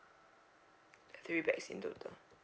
three pax in total